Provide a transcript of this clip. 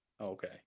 okay